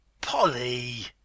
Polly